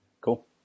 Cool